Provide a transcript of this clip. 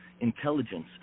intelligence